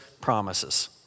promises